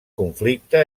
conflicte